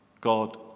God